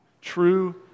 true